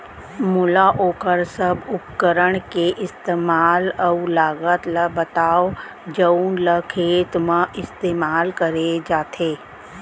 मोला वोकर सब उपकरण के इस्तेमाल अऊ लागत ल बतावव जउन ल खेत म इस्तेमाल करे जाथे?